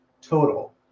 total